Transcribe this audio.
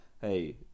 hey